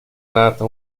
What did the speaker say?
nata